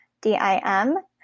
D-I-M